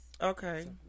Okay